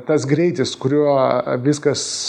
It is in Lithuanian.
tas greitis kuriuo viskas